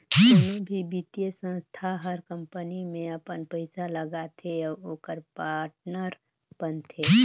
कोनो भी बित्तीय संस्था हर कंपनी में अपन पइसा लगाथे अउ ओकर पाटनर बनथे